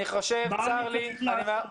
צר לי,